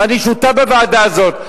ואני שותף בוועדה הזאת.